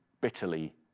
bitterly